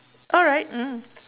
alright mmhmm